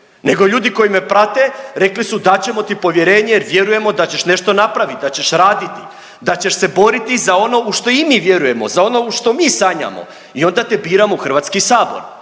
nego ljudi koji me prate rekli su dat ćemo ti povjerenje jer vjerujemo da ćeš nešto napravit, da ćeš raditi, da ćeš se boriti za ono u što i mi vjerujemo, za ono u što mi sanjamo i onda te biramo u HS, ne da